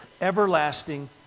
everlasting